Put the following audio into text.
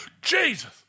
Jesus